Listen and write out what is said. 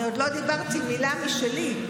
אני עוד לא דיברתי מילה משלי.